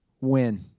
Win